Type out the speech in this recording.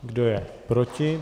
Kdo je proti?